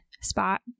spot